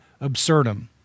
absurdum